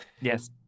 Yes